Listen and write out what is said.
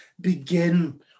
begin